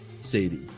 Sadie